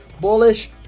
bullish